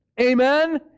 Amen